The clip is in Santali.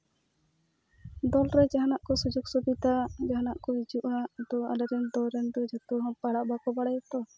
ᱫᱚᱞ ᱨᱮ ᱡᱟᱦᱟᱱᱟᱜ ᱠᱚ ᱥᱩᱡᱳᱜᱽ ᱥᱩᱵᱤᱫᱟ ᱡᱟᱦᱟᱱᱟᱜ ᱠᱚ ᱦᱤᱡᱩᱜᱼᱟ ᱟᱫᱚ ᱟᱞᱮ ᱨᱮᱱ ᱫᱚ ᱡᱷᱚᱛᱚ ᱜᱮ ᱯᱟᱲᱦᱟᱜ ᱵᱟᱠᱚ ᱵᱟᱲᱟᱭᱟ ᱛᱚ